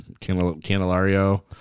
Candelario